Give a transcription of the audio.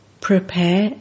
Prepare